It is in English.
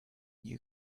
new